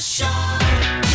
Show